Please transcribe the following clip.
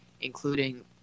including